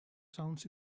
sounds